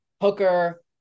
Hooker